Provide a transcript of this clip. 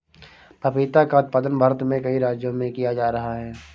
पपीता का उत्पादन भारत में कई राज्यों में किया जा रहा है